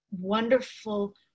wonderful